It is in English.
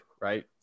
right